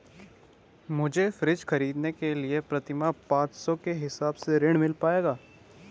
मुझे फ्रीज खरीदने के लिए प्रति माह पाँच सौ के हिसाब से ऋण मिल पाएगा?